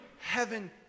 heaven